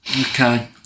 Okay